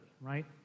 right